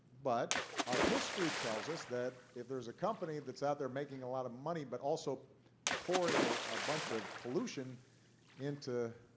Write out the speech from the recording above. but our history tells us that if there's a company that's out there making a lot of money but also pouring ah a bunch of pollution into